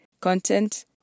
content